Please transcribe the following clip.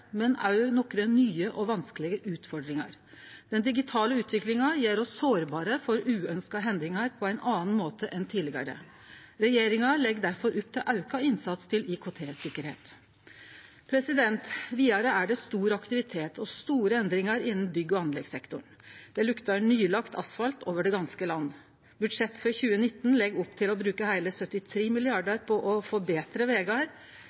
men òg nokre nye og vanskelege utfordringar. Den digitale utviklinga gjer oss sårbare for uønskte hendingar på ein annan måte enn tidlegare. Regjeringa legg difor opp til auka innsats på IKT-sikkerheit. Vidare er det stor aktivitet og store endringar innan bygg- og anleggssektoren. Det luktar nylagd asfalt over det ganske land. Budsjettet for 2019 legg opp til å bruke heile 73 mrd. kr på å få betre vegar,